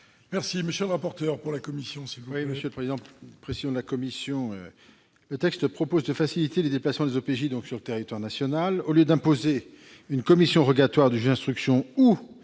de la commission ? Le texte prévoit de faciliter le déplacement des OPJ sur le territoire national : au lieu d'imposer une commission rogatoire du juge d'instruction ou